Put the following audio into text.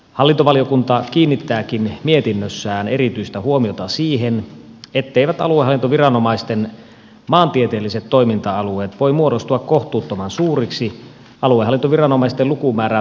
hallintovaliokunta kiinnittääkin mietinnössään erityistä huomiota siihen etteivät aluehallintoviranomaisten maantieteelliset toiminta alueet voi muodostua kohtuuttoman suuriksi aluehallintoviranomaisten lukumäärää tarkasteltaessa